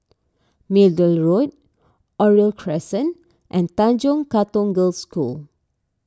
Middle Road Oriole Crescent and Tanjong Katong Girls' School